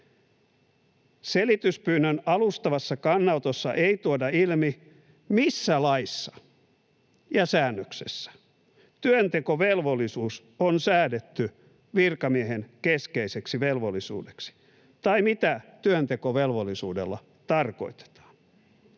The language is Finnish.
Selityspyynnön alustavassa kannanotossa ei tuoda ilmi, missä laissa ja säännöksessä työntekovelvollisuus on säädetty virkamiehen keskeiseksi velvollisuudeksi tai mitä työntekovelvollisuudella tarkoitetaan.